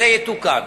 יתוקן.